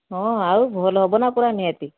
ହଁ ଆଉ ଭଲ ହେବନା ପୂରା ନିହାତି